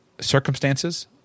Circumstances